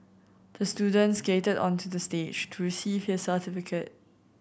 the student skated onto the stage to receive his certificate